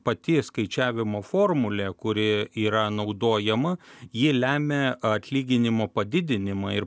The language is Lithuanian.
pati skaičiavimo formulė kuri yra naudojama ji lemia atlyginimo padidinimą ir